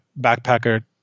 backpacker